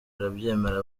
arabyemera